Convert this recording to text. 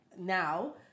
now